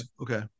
okay